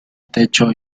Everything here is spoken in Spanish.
techo